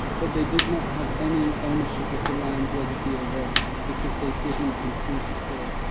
but they did not have any ownership of the land where the deer was, because they didn't improve the soil.